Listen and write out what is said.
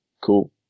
Cool